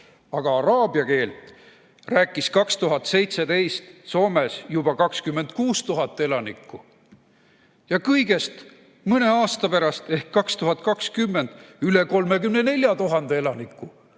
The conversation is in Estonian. Aga araabia keelt rääkis 2017. aastal Soomes juba 26 000 elanikku ja kõigest mõne aasta pärast ehk 2020 üle 34 000 elaniku.